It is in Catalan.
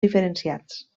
diferenciats